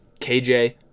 KJ